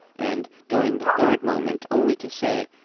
and, during the third moment, only to say,